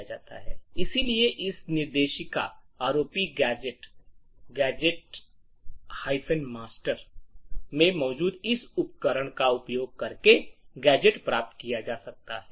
इसलिए इस निर्देशिका ROPGadget मास्टर ROPGadget master में मौजूद इस उपकरण का उपयोग करके गैजेट प्राप्त किए जा सकते हैं